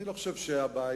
אני לא חושב שהבעיה,